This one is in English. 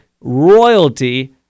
royalty